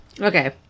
Okay